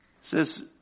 Says